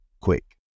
quick